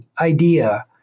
idea